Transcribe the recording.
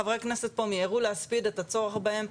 מיהרו להספיד את הצורך בהן,